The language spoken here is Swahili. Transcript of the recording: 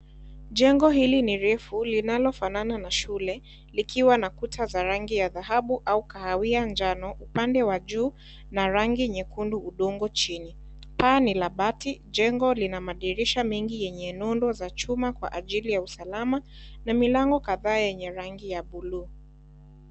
Jengo hili ni refu linalofanana na shule, likiwa na kuta za rangi ya dhahabu au kahawia jano upande wa juu na rangi nyekundu undongo chini. Paa ni la bati, jengo lina madirisha mengi yenye nondo za chuma kwa ajili ya usalama na milango kadhaa yenye rangi ya blue